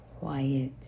quiet